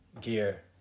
gear